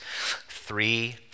three